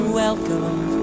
welcome